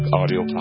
audio